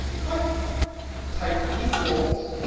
click type equals,